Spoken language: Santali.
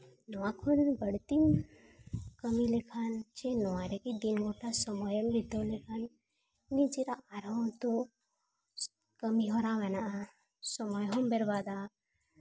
ᱱᱚᱣᱟ ᱠᱷᱚᱱ ᱵᱟᱹᱲᱛᱤᱧ ᱠᱟᱹᱢᱤ ᱞᱮᱠᱷᱟᱱ ᱥᱮ ᱱᱚᱣᱟ ᱨᱮᱜᱮ ᱫᱤᱱ ᱜᱳᱴᱟ ᱥᱚᱢᱚᱭ ᱮᱢ ᱵᱤᱛᱟᱹᱣ ᱞᱮᱠᱷᱟᱱ ᱱᱤᱡᱮᱨᱟᱜ ᱟᱨᱦᱚᱸ ᱛᱳ ᱠᱟᱹᱢᱤᱦᱚᱨᱟ ᱢᱮᱱᱟᱜᱼᱟ ᱥᱚᱢᱚᱭ ᱦᱚᱸᱢ ᱵᱮᱨᱵᱟᱫᱟ